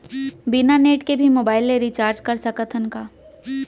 बिना नेट के भी मोबाइल ले रिचार्ज कर सकत हन का?